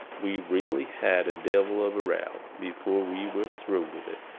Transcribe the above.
we really had a devil of a row before we were through with it.